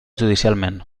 judicialment